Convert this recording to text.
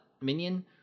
minion